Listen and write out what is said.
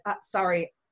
sorry